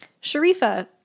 sharifa